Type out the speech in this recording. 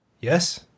yes